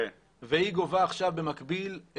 והיא גובה עכשיו במקביל,